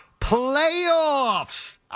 playoffs